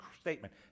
statement